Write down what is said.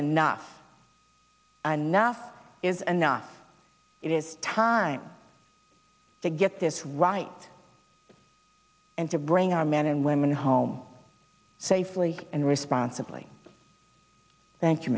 enough enough is enough it is time to get this right and to bring our men and women home safely and responsibly thank you